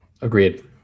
Agreed